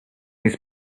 his